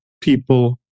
people